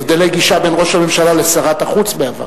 בין ראש הממשלה לשרת החוץ בעבר